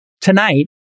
tonight